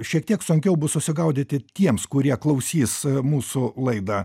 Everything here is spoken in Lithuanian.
šiek tiek sunkiau bus susigaudyti tiems kurie klausys mūsų laidą